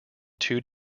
two